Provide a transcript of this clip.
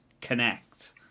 connect